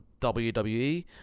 WWE